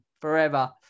Forever